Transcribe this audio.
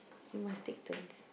you must take turns